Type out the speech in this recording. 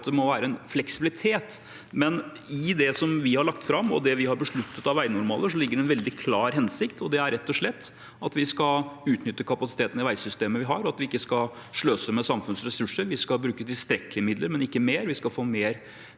det må være en fleksibilitet. I det vi har lagt fram, og det vi har besluttet av veinormaler, ligger en veldig klar hensikt, og det er rett og slett at vi skal utnytte kapasiteten i veisystemet vi har, og at vi ikke skal sløse med samfunnets ressurser. Vi skal bruke tilstrekkelige midler, men ikke mer.